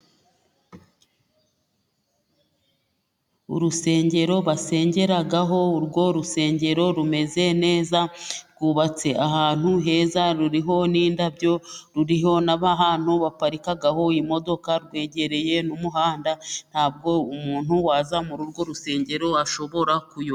Urusengero basengeraho, urwo rusengero rumeze neza, rwubatse ahantu heza, ruriho n'indabyo, ruriho n'ahantu baparikaho imodokadoka, rwegereye n'umuhanda, nta bwo umuntu waza muri urwo rusengero ashobora kuyoba.